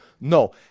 No